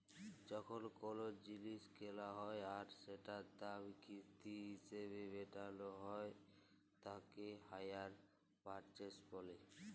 যখন কোলো জিলিস কেলা হ্যয় আর সেটার দাম কিস্তি হিসেবে মেটালো হ্য়য় তাকে হাইয়ার পারচেস বলে